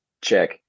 check